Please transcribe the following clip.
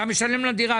אתה משלם לדירה,